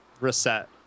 Reset